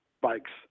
bikes